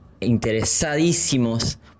interesadísimos